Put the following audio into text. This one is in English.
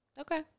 okay